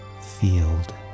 field